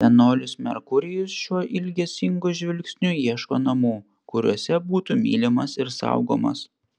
senolis merkurijus šiuo ilgesingu žvilgsniu ieško namų kuriuose būtų mylimas ir saugomas